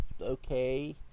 okay